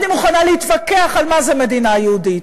אני מוכנה להתווכח על מה זה מדינה יהודית: